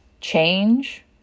change